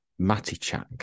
Matichak